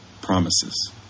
promises